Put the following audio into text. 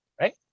right